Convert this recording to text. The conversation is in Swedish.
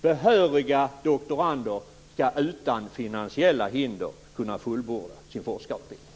Behöriga doktorander skall utan finansiella hinder kunna fullborda sin forskarutbildning.